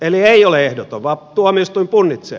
eli ei ole ehdoton vaan tuomioistuin punnitsee